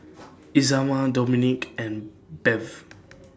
Isamar Domonique and Bev